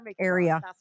area